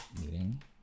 meeting